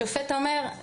השופט אומר,